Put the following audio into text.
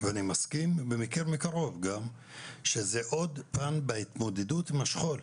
ואני מסכים ומכיר מקרוב גם שזה עוד פאן בהתמודדות עם השכול.